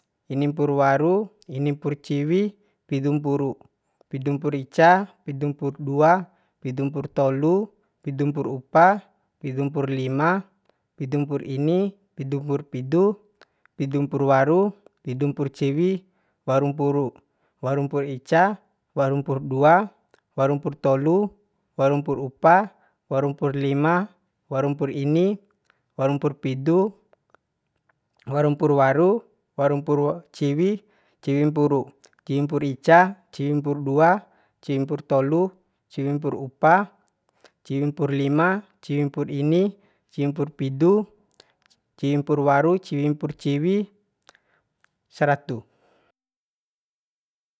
Ini mpur waru ini mpur ciwi pidu mpuru pidu mpur ica pidu mpur dua pidu mpur tolu pidu mpur upa pidu mpur lima pidu mpur ini pidu mpur pidu pidu mpur waru pidu mpur ciwi waru mpuru waru mpur ica waru mpur dua waru mpur tolu waru mpur upa waru mpur lima waru mpur ini waru mpur pidu waru mpur waru waru mpuru ciwi ciwi mpuru ciwi mpur ica ciwi mpur dua ciwi mpur tolu ciwi mpur upa ciwi mpur lima ciwi mpur ini ciwi mpur pidu ciwi mpur waru ciwi mpur ciwi saratu